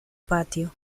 patio